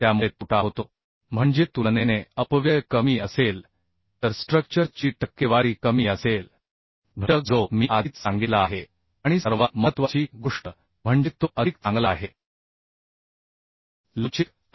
तर तोटा म्हणजे तुलनेने अपव्यय कमी असेल तर स्ट्रक्चर ची टक्केवारी कमी असेल घटक जो मी आधीच सांगितला आहे आणि सर्वात महत्वाची गोष्ट म्हणजे तो अधिक चांगला लवचिक आहे